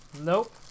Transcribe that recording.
Nope